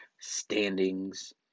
standings